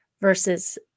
versus